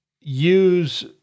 use